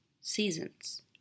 seasons